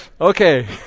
Okay